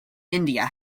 india